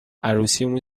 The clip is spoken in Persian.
عروسیمون